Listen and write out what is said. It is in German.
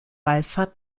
wallfahrt